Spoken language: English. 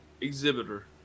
exhibitor